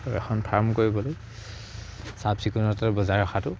আৰু এখন ফাৰ্ম কৰিবলৈ চাফ চিকুণতে বজাই ৰখাটো